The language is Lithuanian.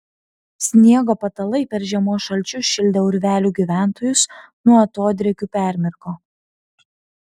sniego patalai per žiemos šalčius šildę urvelių gyventojus nuo atodrėkių permirko